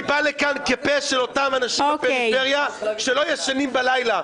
אני בא לכאן כפה של אותם אנשים בפריפריה שלא ישנים בלילה,